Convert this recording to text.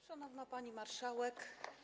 Szanowna Pani Marszałek!